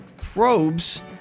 probes